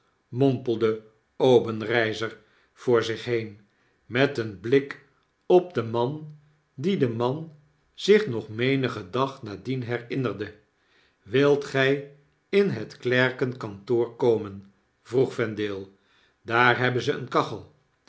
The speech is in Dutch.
mompelde obenreizer voor zich heen met een blik op den man dien de man zich nog menigen dag na dien herinnerde wilt gg in het klerkenkantoor komen vroeg vendale daar hebben ze eene kachel